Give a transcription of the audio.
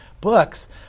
books